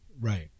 Right